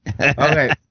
okay